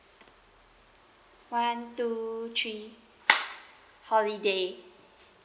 one two three holiday